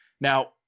Now